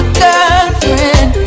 girlfriend